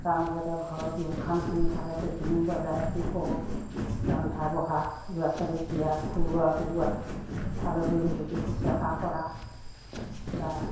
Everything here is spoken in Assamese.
তাৰ মাজতে ঘৰৰ গৃহ কামখিনি থাকে সেইখিনিও বজাই ৰাখি কৰোঁ ৰন্ধা বঢ়া ল'ৰা ছোৱালীক দিয়া খুওৱা বোওৱা আলহী হেৰিটো শুশ্ৰূষা কৰা বা